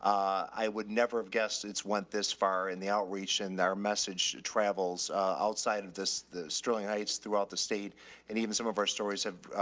i would never have guessed it's went this far and the outreach and their message travels a outside of this. the sterling heights throughout the state and even some of our stories have, ah,